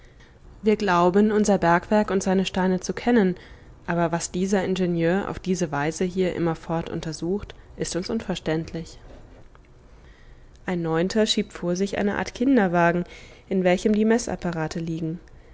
wir glauben unser bergwerk und seine steine zu kennen aber was dieser ingenieur auf diese weise hier immerfort untersucht ist uns unverständlich ein neunter schiebt vor sich eine art kinderwagen in welchem die meßapparate liegen